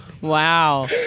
Wow